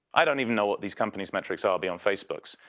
i don't even know what this company's metrics are beyond facebook's.